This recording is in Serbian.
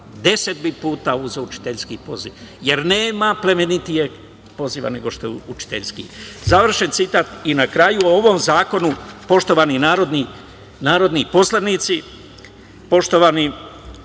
deset bih puta uzeo učiteljski poziv, jer nema plemenitijeg poziva nego što je učiteljski.“Na kraju, o ovom zakonu, poštovani narodni poslanici, poštovana